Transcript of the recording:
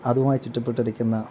അതുമായി ചുറ്റപ്പെട്ടിരിക്കുന്ന